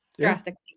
drastically